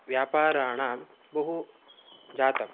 व्यापाराणां बहु जातम्